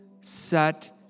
set